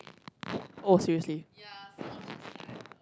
oh seriously